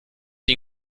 den